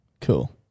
Cool